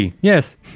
Yes